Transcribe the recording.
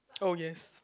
oh yes